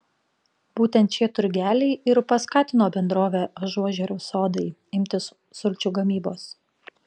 būtent šie turgeliai ir paskatino bendrovę ažuožerių sodai imtis sulčių gamybos